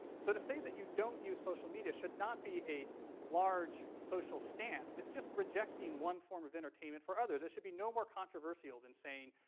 so to say that you don't use social media should not be a large social stance, it's just rejecting one form of entertainment for others. there should be no more controversial than saying,